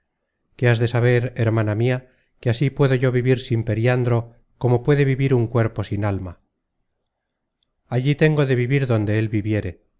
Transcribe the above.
has de saber hermana mia que así puedo yo vivir sin periandro como puede vivir un cuerpo sin alma allí tengo de vivir donde él viviere